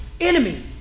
enemy